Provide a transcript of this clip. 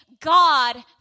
God